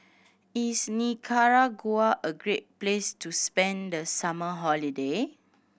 is Nicaragua a great place to spend the summer holiday